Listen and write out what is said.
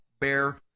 bear